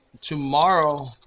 tomorrow